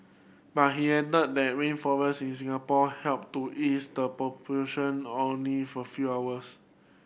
but he added that in Singapore help to ease the pollution only for few hours